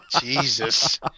Jesus